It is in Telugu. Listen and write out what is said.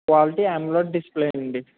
క్వాలిటీ ఎనలాగ్ డిస్ప్లే అండి